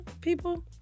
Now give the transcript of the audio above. People